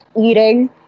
eating